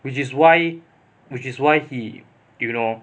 which is why which is why he you know